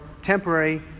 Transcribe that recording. temporary